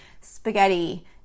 spaghetti